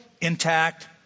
intact